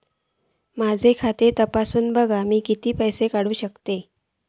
माझा खाता तपासून बघा मी किती पैशे काढू शकतय?